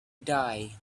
die